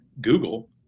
Google